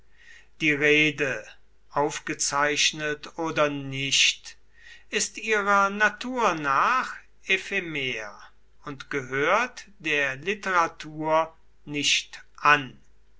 die rede aufgezeichnet oder nicht ist ihrer natur nach ephemer und gehört der literatur nicht an